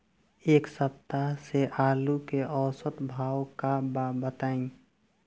एक सप्ताह से आलू के औसत भाव का बा बताई?